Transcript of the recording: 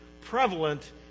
prevalent